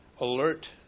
alert